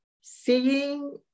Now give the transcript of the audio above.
seeing